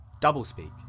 doublespeak